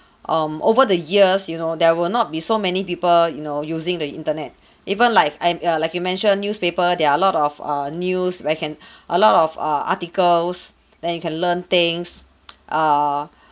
um over the years you know there will not be so many people you know using the internet even like I'm err like you mentioned newspaper there are a lot of err news where can a lot of err articles then you can learn things err